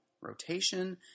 rotation